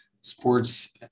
sports